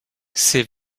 ces